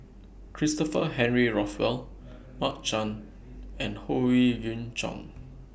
Christopher Henry Rothwell Mark Chan and Howe Yoon Chong